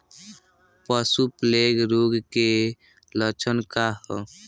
पशु प्लेग रोग के लक्षण का ह?